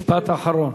משפט אחרון.